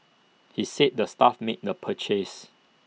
he said the staff made the purchase